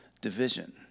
division